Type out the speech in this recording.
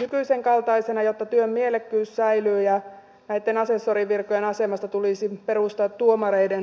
nykyisenkaltaisena jotta työn mielekkyys säilyy ja näitten asessorivirkojen asemasta tulisi perustaa tuomareiden virkoja